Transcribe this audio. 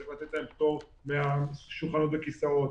צריך לתת להם פטור משולחנות וכיסאות,